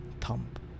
thump